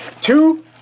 two